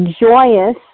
joyous